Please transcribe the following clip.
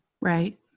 Right